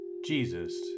Jesus